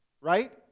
right